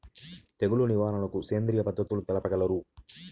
తెగులు నివారణకు సేంద్రియ పద్ధతులు తెలుపగలరు?